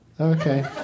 Okay